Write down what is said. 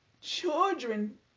children